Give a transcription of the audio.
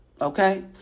Okay